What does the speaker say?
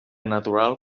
natural